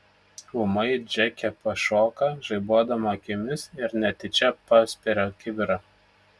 ūmai džeke pašoka žaibuodama akimis ir netyčia paspiria kibirą